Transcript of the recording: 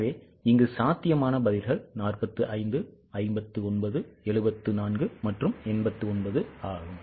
எனவே சாத்தியமான பதில்கள் 45 59 74 மற்றும் 89 ஆகும்